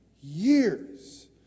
years